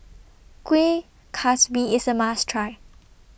Kuih Kasbi IS A must Try